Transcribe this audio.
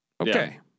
Okay